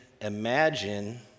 imagine